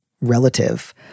relative